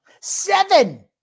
Seven